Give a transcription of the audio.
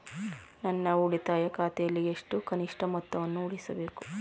ನನ್ನ ಉಳಿತಾಯ ಖಾತೆಯಲ್ಲಿ ಎಷ್ಟು ಕನಿಷ್ಠ ಮೊತ್ತವನ್ನು ಉಳಿಸಬೇಕು?